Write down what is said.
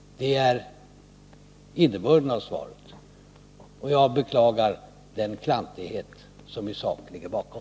— Det är innebörden av svaret. Jag beklagar den klantighet i sak som ligger bakom: